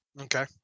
okay